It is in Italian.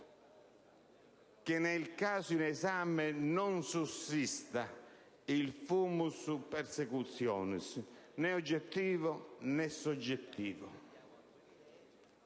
che, nel caso in esame, non sussista il *fumus persecutionis*, né oggettivo, né soggettivo